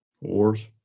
Wars